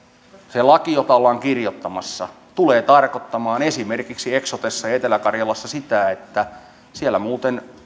se laki jota ollaan kirjoittamassa tulee muuten tarkoittamaan esimerkiksi eksotessa etelä karjalassa sitä että siellä